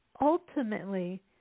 ultimately